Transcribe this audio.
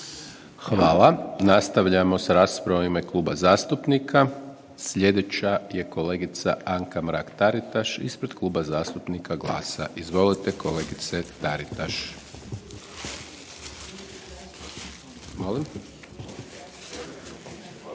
Hvala. Nastavljamo s raspravom u ime kluba zastupnika, slijedeće je kolegica Anka Mrak Taritaš, ispred Kluba zastupnika GLAS-a. Izvolite kolegice Taritaš.